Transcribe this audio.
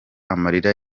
amarira